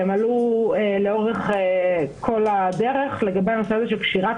והן עלו לאורך כל הדרך לגבי הנושא של קשירת